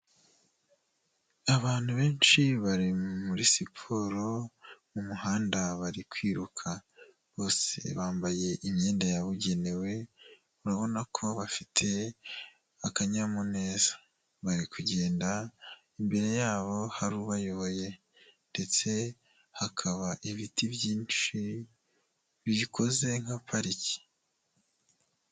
Abantu benshi bari muri siporo, mu muhanda bari kwiruka, bose bambaye imyenda yabugenewe, urabona ko bafite akanyamuneza, bari kugenda imbere yabo hari ubayoboye, ndetse hakaba ibiti byinshi bikoze nka pariki.